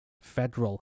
federal